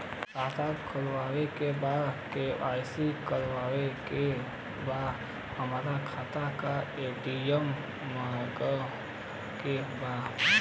खाता खोले के बा के.वाइ.सी करावे के बा हमरे खाता के ए.टी.एम मगावे के बा?